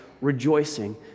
rejoicing